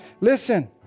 Listen